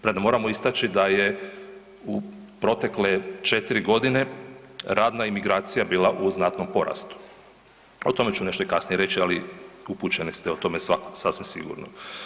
Premda, moramo istaći da je u protekle 4 godine radna imigracija bila u znatnom porastu, o tome ću nešto i kasnije reći, ali upućeni ste o tome sasvim sigurno.